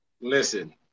Listen